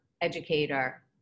educator